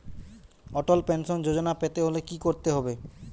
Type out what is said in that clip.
অটল pension Yojana পেতে হলে কি করতে হবে?